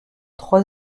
trois